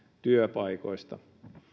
työpaikoista